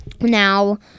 Now